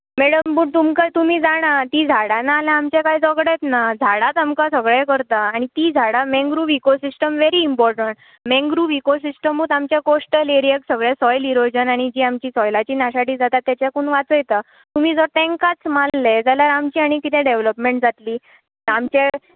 madam but तुमकां तुमी जाणा तीं झाडां नान आमचें कांय जगडेंच ना झाडांत आमकां सगळें करता आनी तीं झाडां mangrove ecosystem very important mangrove इकोसिस्टमूच आमच्या कोस्टल एरयाक सगळें सॉयल इरोजन आनी जी आमची सॉयलाची नाशाडी जाता ताच्याकून वाचयता तुमी जर तांकांच माल्लें जाल्यार आमची आनी कितें डॅवलॉपमँट जातली आमचें